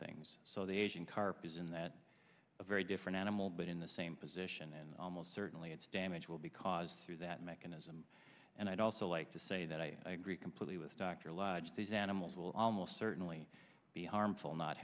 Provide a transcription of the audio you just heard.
things so the asian car isn't that a very different animal but in the same position and almost certainly it's damage will be caused through that mechanism and i'd also like to say that i agree completely with dr lodge these animals will almost certainly be harmful not